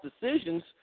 decisions